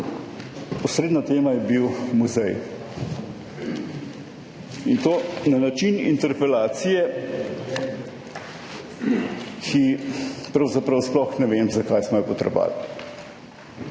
osrednja tema je bil muzej, in to na način interpelacije, ki pravzaprav sploh ne vem, zakaj smo jo potrebovali.